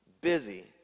busy